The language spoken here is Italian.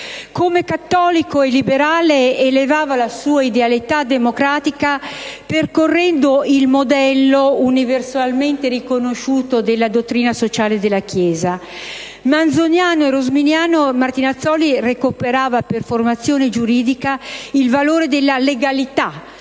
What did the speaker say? Come cattolico e liberale elevava la sua idealità democratica percorrendo il modello, universalmente riconosciuto, della dottrina sociale della Chiesa. Manzoniano e rosminiano, Martinazzoli recuperava, per formazione giuridica, il valore della legalità